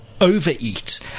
overeat